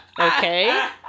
okay